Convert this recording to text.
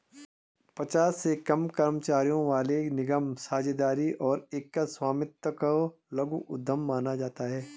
पचास से कम कर्मचारियों वाले निगमों, साझेदारी और एकल स्वामित्व को लघु उद्यम माना जाता है